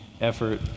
effort